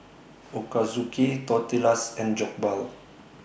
Ochazuke Tortillas and Jokbal